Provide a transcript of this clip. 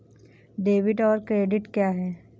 Debit और credit क्या है?